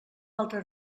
altre